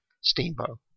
Steamboat